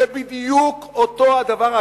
זה בדיוק אותו הדבר.